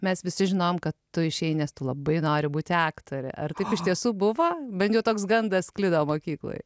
mes visi žinojom kad tu išėjai nes tu labai nori būti aktorė ar tai iš tiesų buvo bent jau toks gandas sklido mokykloj